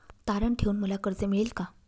तारण ठेवून मला कर्ज मिळेल का?